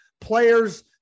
players